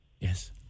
Yes